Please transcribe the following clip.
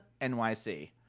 NYC